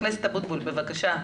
ח"כ אבוטבול בבקשה.